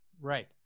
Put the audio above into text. Right